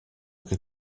che